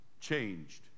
changed